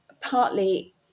partly